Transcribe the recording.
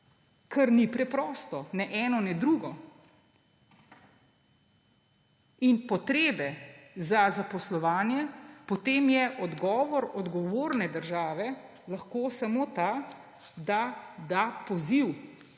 kar ni preprosto, ne eno ne drugo, in potrebe za zaposlovanje, potem je odgovor odgovorne države lahko samo ta, da poda poziv